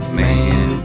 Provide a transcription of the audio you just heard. man